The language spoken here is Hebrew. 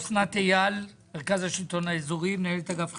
אסנת אייל, מרכז השלטון האזורי, מנהלת אגף חינוך.